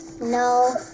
No